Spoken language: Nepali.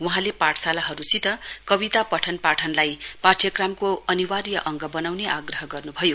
वहाँले पाठशालाहरुसित कविता पठन पाठनलाई पाठ्यक्रमको अनिवार्य अंग वनाउने आग्रह गर्नुभयो